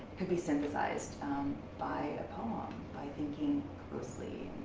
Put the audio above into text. could be sympathized by a poem. by thinking closely